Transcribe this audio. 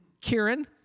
Kieran